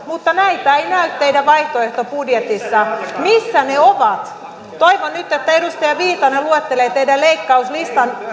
mutta näitä ei näy teidän vaihtoehtobudjetissanne missä ne ovat toivon nyt että edustaja viitanen luettelee teidän leikkauslistanne